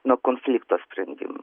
nuo konflikto sprendimų